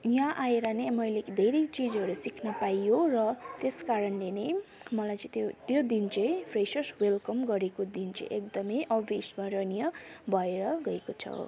यहाँ आएर नै मैले धेरै चिजहरू सिक्न पाइयो र त्यसकारणले नै मलाई चाहिँ त्यो त्यो दिन चाहिँ फ्रेसर्स वेल्कम गरेको दिन चाहिँ एकदमै अविस्मरणीय भएर गएको छ